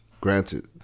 granted